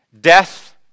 death